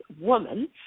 woman